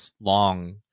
long